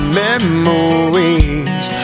memories